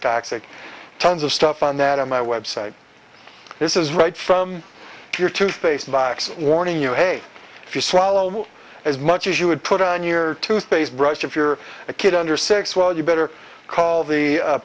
tactic tons of stuff on that on my website this is right from your toothpaste box warning you hey if you swallow as much as you would put on your toothpaste brush if you're a kid under six well you better call the